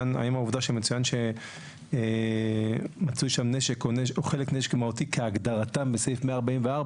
העובדה שמצוין שמצוי שם נשק או חלק נשק מהותי כהגדרתה בסעיף 144,